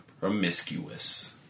Promiscuous